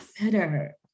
better